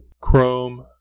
chrome